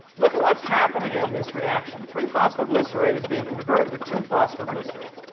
look at what's happening in this reaction three phosphoglycerate is being converted to two phosphoglycerate.